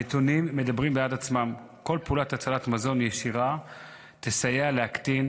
הנתונים מדברים בעד עצמם: כל פעולת הצלת מזון ישירה תסייע להקטין